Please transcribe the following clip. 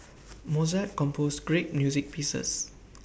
Mozart composed great music pieces